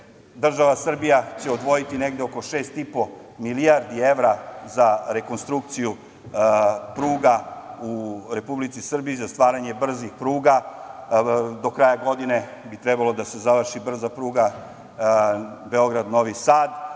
država Srbija će odvojiti negde oko 6,5 milijardi evra za rekonstrukciju pruga u Republici Srbiji, za stvaranje brzih pruga. Do kraja godine bi trebalo da se završi brza pruga Beograd-Novi Sad,